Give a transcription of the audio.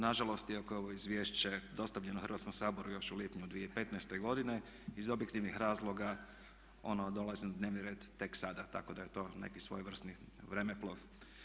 Na žalost, iako je ovo izvješće dostavljeno Hrvatskom saboru još u lipnju 2015. godine iz objektivnih razloga ono dolazi na dnevni red tek sada, tako da je to neki svojevrsni vremeplov.